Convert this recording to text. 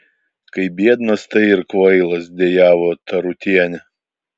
kai biednas tai ir kvailas dejavo tarutienė